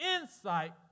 insight